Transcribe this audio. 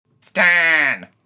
Stan